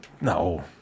No